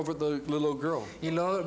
over the little girl you know